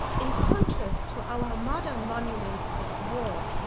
in contrast to our modern monuments of war,